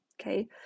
okay